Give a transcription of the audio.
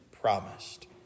promised